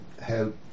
help